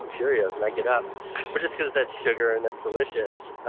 ah cheerios, and i get up. but just because that's sugar and that's delicious.